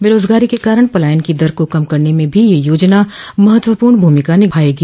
बेरोजगारी के कारण पलायन की दर को कम करने में भी यह योजना महत्वपूर्ण भूमिका निभायेगी